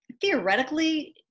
theoretically